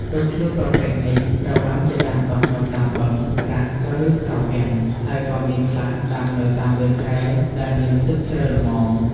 រុក្ខជាតិប្រភេទនេះត្រូវបានគេដាំដុះនៅតាមបឹង ស្រះ ឬត្រពាំង ហើយក៏មានខ្លះដាំនៅតាមវាលស្រែដែលមានទឹកជ្រៅល្មម ។